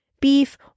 beef